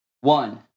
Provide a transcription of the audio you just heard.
One